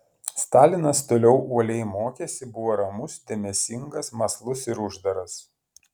stalinas toliau uoliai mokėsi buvo ramus dėmesingas mąslus ir uždaras